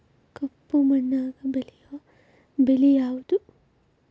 ಕಪ್ಪು ಮಣ್ಣಾಗ ಬೆಳೆಯೋ ಬೆಳಿ ಯಾವುದು?